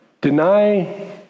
Deny